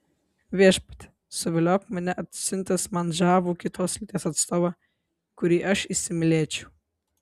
viešpatie suviliok mane atsiuntęs man žavų kitos lyties atstovą kurį aš įsimylėčiau